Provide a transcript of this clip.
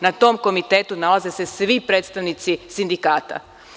Na tom komitetu nalaze se svi predstavnici sindikata.